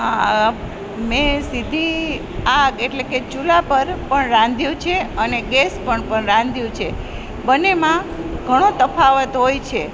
હા મેં સીધી આગ એટલે કે ચૂલા પર પણ રાંધ્યું છે અને ગેસ પણ પર રાંધ્યું છે બંનેમાં ઘણો તફાવત હોય છે